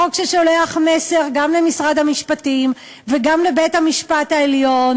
חוק ששולח מסר גם למשרד המשפטים וגם לבית-המשפט העליון